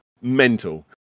mental